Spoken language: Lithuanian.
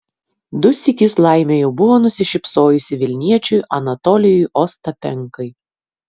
du sykius laimė jau buvo nusišypsojusi vilniečiui anatolijui ostapenkai